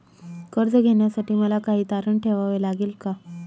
कर्ज घेण्यासाठी मला काही तारण ठेवावे लागेल का?